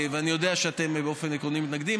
אני יודע שאתם באופן עקרוני מתנגדים.